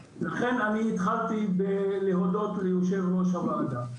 לכן אני התחלתי בלהודות ליושב ראש הוועדה.